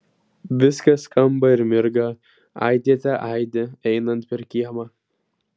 viskas skamba ir mirga aidėte aidi einant per kiemą